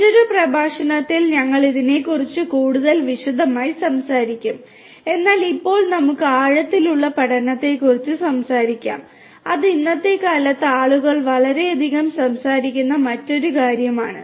മറ്റൊരു പ്രഭാഷണത്തിൽ ഞങ്ങൾ ഇതിനെക്കുറിച്ച് കൂടുതൽ വിശദമായി സംസാരിക്കും എന്നാൽ ഇപ്പോൾ നമുക്ക് ആഴത്തിലുള്ള പഠനത്തെക്കുറിച്ച് സംസാരിക്കാം അത് ഇന്നത്തെ കാലത്ത് ആളുകൾ വളരെയധികം സംസാരിക്കുന്ന മറ്റൊരു കാര്യമാണ്